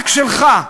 רק שלך.